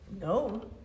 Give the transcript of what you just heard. no